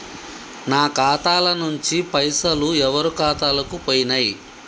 నా ఖాతా ల నుంచి పైసలు ఎవరు ఖాతాలకు పోయినయ్?